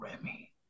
Remy